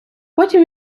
потім